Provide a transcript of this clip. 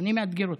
אני מאתגר אותך.